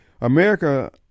America